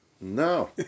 No